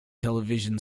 television